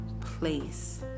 place